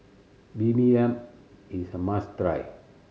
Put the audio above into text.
bibimbap is a must try